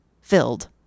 Filled